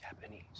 Japanese